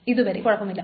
ഇതു വരെ കുഴപ്പമില്ല